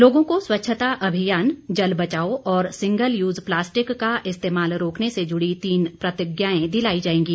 लोगों को स्वच्छता अभियान जल बचाओ और सिंगल यूज प्लास्टिक का इस्तेमाल रोकने से जुड़ी तीन प्रतिज्ञाएं दिलाई जाएंगी